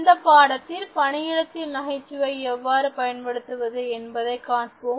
இந்தப் பாடத்தில் பணியிடத்தில் நகைச்சுவையைப் எவ்வாறு பயன்படுத்துவது என்பதைக் காண்போம்